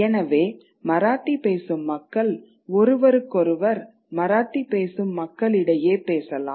எனவே மராத்தி பேசும் மக்கள் ஒருவருக்கொருவர் மராத்தி பேசும் மக்களிடையே பேசலாம்